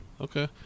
Okay